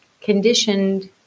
conditioned